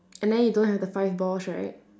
and then you don't have the five balls right